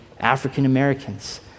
African-Americans